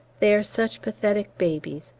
they are such pathetic babies,